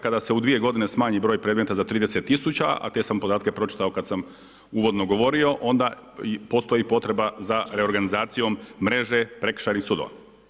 Kada se u 2 g. smanji broj predmeta za 30000 a te sam podatke pročitao kada sam uvodno govorio, onda postoji potreba za reorganizacijom mreže, prekršajnih sudova.